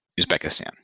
Uzbekistan